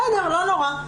בסדר, לא נורא.